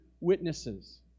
witnesses